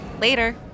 Later